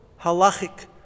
halachic